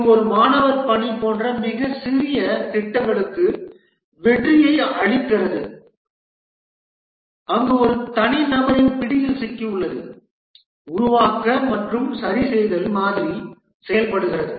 இது ஒரு மாணவர் பணி போன்ற மிகச் சிறிய திட்டங்களுக்கு வெற்றியை அளிக்கிறது அங்கு ஒரு தனிநபரின் பிடியில் சிக்கல் உள்ளது உருவாக்க மற்றும் சரிசெய்தல் மாதிரி செயல்படுகிறது